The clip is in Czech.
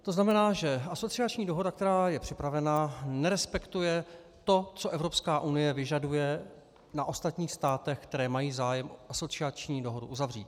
To znamená, že asociační dohoda, která je připravena, nerespektuje to, co Evropská unie vyžaduje na ostatních státech, které mají zájem asociační dohodu uzavřít.